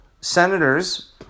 senators